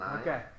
Okay